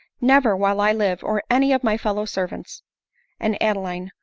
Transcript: never while i live, or any of my fellow-servants and adeline,